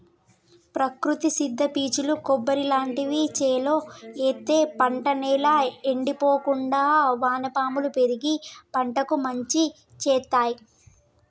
ప్రకృతి సిద్ద పీచులు కొబ్బరి లాంటివి చేలో ఎత్తే పంట నేల ఎండిపోకుండా వానపాములు పెరిగి పంటకు మంచి శేత్తాయ్